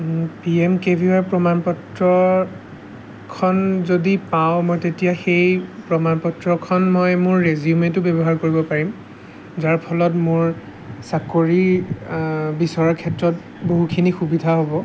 P M K V Y প্ৰমাণপত্ৰখন যদি পাওঁ মই তেতিয়া সেই প্ৰমাণপত্ৰখন মই মোৰ ৰেজিউমেটো ব্যৱহাৰ কৰিব পাৰিম যাৰ ফলত মোৰ চাকৰি বিচৰাৰ ক্ষেত্ৰত বহুতখিনি সুবিধা হ'ব